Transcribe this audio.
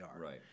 Right